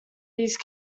these